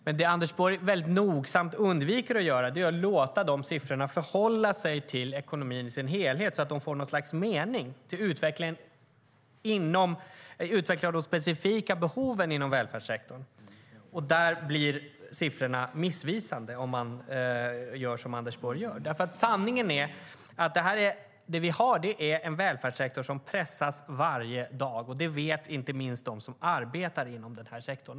Men det Anders Borg nogsamt undviker att göra är att låta de siffrorna förhålla sig till ekonomin i dess helhet så att de får något slags mening i fråga om utvecklingen av de specifika behoven inom välfärdssektorn. Där blir siffrorna missvisande om man gör som Anders Borg gör. Sanningen är att det vi har är en välfärdssektor som pressas varje dag. Det vet inte minst de som arbetar inom denna sektor.